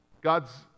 God's